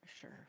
Sure